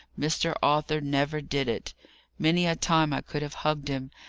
mr. arthur never did it many a time i could have hugged him!